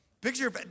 picture